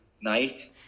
night